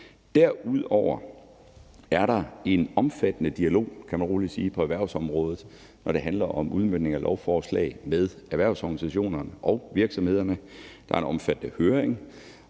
derudover er der en omfattende dialog, kan man rolig sige, på erhvervsområdet, når det handler om udmøntning af lovforslag, med erhvervsorganisationerne og virksomhederne; der er en omfattende høring;